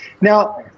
Now